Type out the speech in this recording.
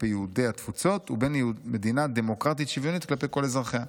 כלפי יהודי התפוצות ובין מדינה דמוקרטית-שוויונית כלפי כל אזרחיה.